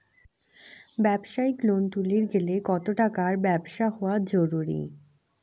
ব্যবসায়িক লোন তুলির গেলে কতো টাকার ব্যবসা হওয়া জরুরি?